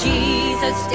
Jesus